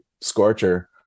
scorcher